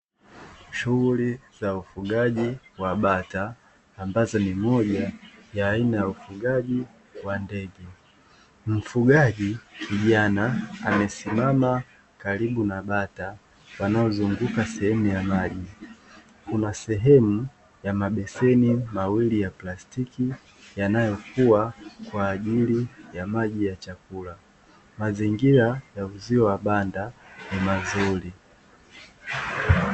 Shughuli za ufugaji wa bata ambazo ni moja ya aina ya ufugaji wa ndege mfugaji kijana amesimama karibu na bata wanaozunguka sehemu ya maji kuna sehemu ya mabeseni mawili ya plastiki yanayokuwa kwa ajili ya maji ya chakula, mazingira ya uzio wa banda ni mazuri.